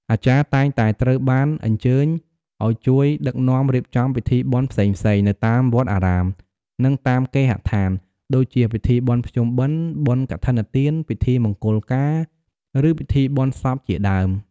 អាចារ្យតែងតែត្រូវបានអញ្ជើញឱ្យជួយដឹកនាំរៀបចំពិធីបុណ្យផ្សេងៗ នៅតាមវត្តអារាម និងតាមគេហដ្ឋាន ដូចជាពិធីបុណ្យភ្ជុំបិណ្ឌ បុណ្យកឋិនទាន ពិធីមង្គលការ ឬពិធីបុណ្យសពជាដើម។